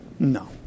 No